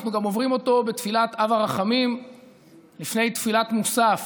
אנחנו אומרים אותו גם בתפילת אב הרחמים לפני תפילת מוסף